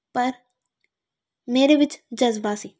ਪਰ ਮੇਰੇ ਵਿੱਚ ਜਜ਼ਬਾ ਸੀ